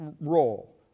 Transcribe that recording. role